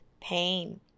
pain